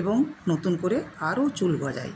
এবং নতুন করে আরও চুল গজায়